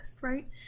right